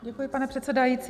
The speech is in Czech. Děkuji, pane předsedající.